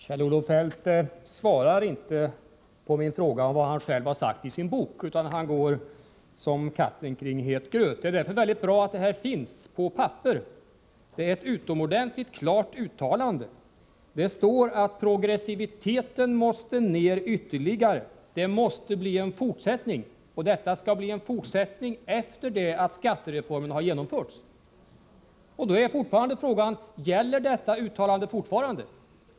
Herr talman! Kjell-Olof Feldt svarar inte på min fråga om vad han själv har sagt i sin bok, utan han går som katten kring het gröt. Därför är det bra att uttalandet finns tryckt på papper. Det är ett utomordentligt klart uttalande. Det står att progressiviteten måste ner ytterligare, att det måste bli en fortsättning och att det skall bli en fortsättning efter det att skattereformen har genomförts. Då kvarstår frågan: Gäller detta uttalande fortfarande?